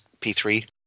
P3